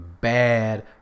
bad